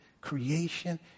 creation